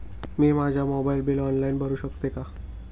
मी माझे mobile bill online भरू शकते का?